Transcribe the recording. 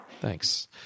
thanks